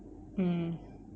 mm